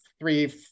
three